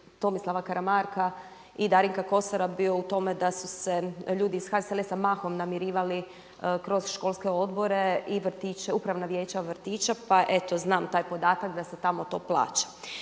Tomislava Karamarka i Darinka Kosora bio u tome da su se ljudi iz HSLS-a mahom namirivali kroz školske odbore i upravna vijeća vrtića. Pa eto znam taj podatak da se tamo to plaća.